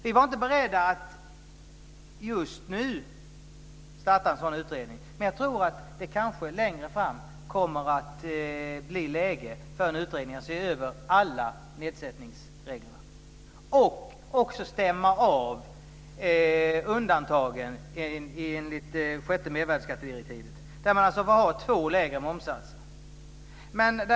Vi är inte beredda att just nu starta en sådan utredning, men jag tror att det kanske längre fram kommer att bli läge för en utredning att se över alla nedsättningsreglerna och stämma av undantagen enligt sjätte mervärdesskattedirektivet. Där får det finnas två lägre momssatser.